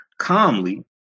calmly